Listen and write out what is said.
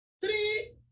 three